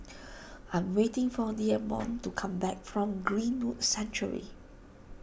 I am waiting for Dameon to come back from Greenwood Sanctuary